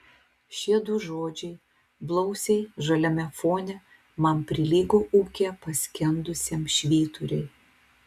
šie du žodžiai blausiai žaliame fone man prilygo ūke paskendusiam švyturiui